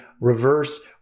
reverse